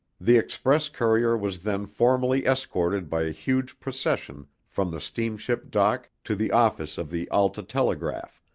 the express courier was then formally escorted by a huge procession from the steamship dock to the office of the alta telegraph,